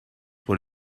por